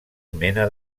mena